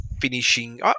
finishing